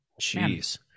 Jeez